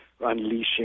unleashing